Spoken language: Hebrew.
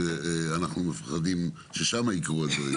שבהם אנחנו מפחדים שיקרו הדברים.